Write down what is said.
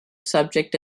subject